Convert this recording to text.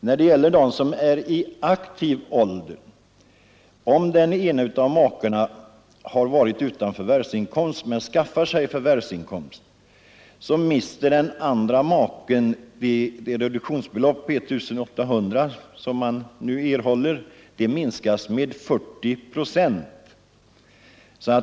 När det gäller människor i aktiv ålder och den ena av makarna saknat förvärvsinkomst men sedan skaffar sig sådan mister den andra maken det reduktionsbelopp på 1 800 kronor som man nu har rätt till. Detta belopp minskas med 40 procent.